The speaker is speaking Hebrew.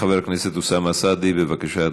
חבר הכנסת אוסאמה סעדי, בבקשה,